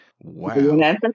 Wow